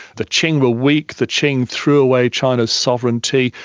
the qing were weak, the qing threw away china's sovereignty,